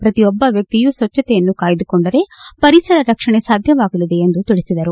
ಪ್ರತಿಯೊಬ್ಬ ವಕ್ಷಿಯು ಸ್ವಚ್ದತೆಯನ್ನು ಕಾಯ್ದಯಕೊಂಡರೆ ಪರಿಸರ ರಕ್ಷಣೆ ಸಾಧ್ಯವಾಗಲಿದೆ ಎಂದು ತಿಳಿಸಿದರು